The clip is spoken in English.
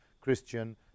Christian